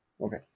Okay